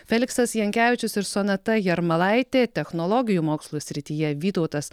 feliksas jankevičius ir sonata jarmalaitė technologijų mokslų srityje vytautas